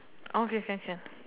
okay can can